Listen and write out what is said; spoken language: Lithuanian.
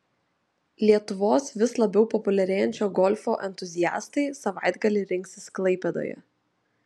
lietuvos vis labiau populiarėjančio golfo entuziastai savaitgalį rinksis klaipėdoje